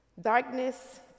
Darkness